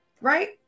right